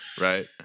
right